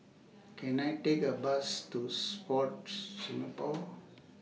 Can I Take A Bus to Sport Singapore